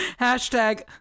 Hashtag